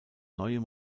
neuen